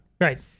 Right